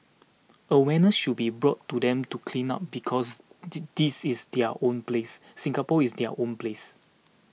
awareness should be brought to them to clean up because this is their own place Singapore is their own place